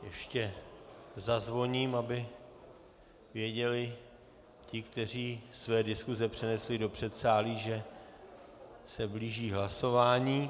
Ještě zazvoním, aby věděli ti, kteří své diskuse přenesli do předsálí, že se blíží hlasování.